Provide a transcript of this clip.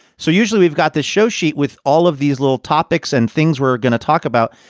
so usually we've got the show sheet with all of these little topics and things we're going to talk about.